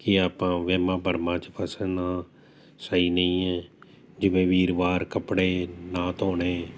ਕੀ ਆਪਾਂ ਵਹਿਮਾਂ ਭਰਮਾਂ 'ਚ ਫਸਣਾ ਸਹੀ ਨਹੀਂ ਹੈ ਜਿਵੇਂ ਵੀਰਵਾਰ ਕੱਪੜੇ ਨਾ ਧੋਣੇ